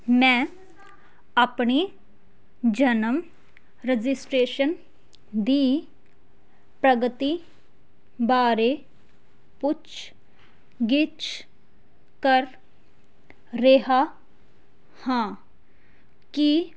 ਮੈਂ ਆਪਣੀ ਜਨਮ ਰਜਿਸਟ੍ਰੇਸ਼ਨ ਦੀ ਪ੍ਰਗਤੀ ਬਾਰੇ ਪੁੱਛ ਗਿੱਛ ਕਰ ਰਿਹਾ ਹਾਂ ਕੀ